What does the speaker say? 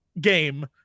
game